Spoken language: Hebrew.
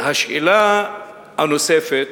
השאלה הנוספת: